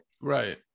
Right